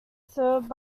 served